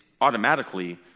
automatically